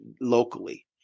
locally